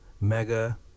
Mega